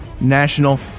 national